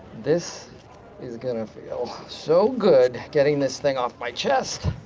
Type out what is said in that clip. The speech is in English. this is gonna feel so good getting this thing off my chest.